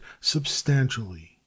substantially